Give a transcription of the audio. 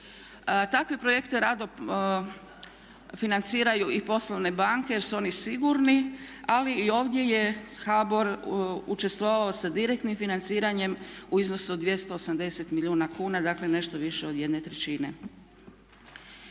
Takve projekte rado financiraju i poslovne banke jer su oni sigurni ali i ovdje je HBOR učestvovao sa direktnim financiranjem u iznosu od 280 milijuna kuna dakle nešto više od jedne trećine.